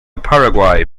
paraguay